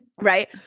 Right